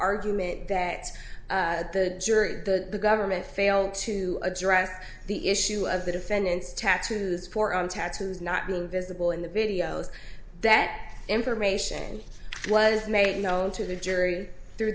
argument that the jury the government failed to address the issue of the defendant's tattoos for on taxes not bill visible in the videos that information was made known to the jury through